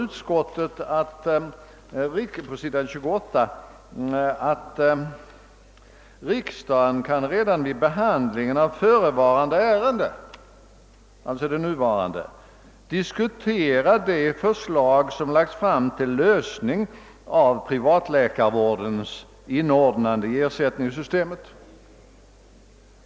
Utskottet skriver nämligen på sidan 28 i utlåtandet att »riksdagen redan vid behandling en av förevarande ärende har möjlighet att diskutera det förslag som lagts fram till lösning av privatläkarvårdens inordnande i ersättningssystemet ———».